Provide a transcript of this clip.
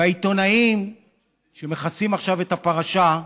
והעיתונאים שמכסים עכשיו את הפרשה,